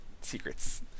secrets